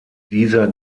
dieser